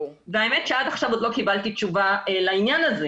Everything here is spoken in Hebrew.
האמת היא שעד עכשיו עוד לא קיבלתי תשובה לעניין הזה.